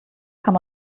kann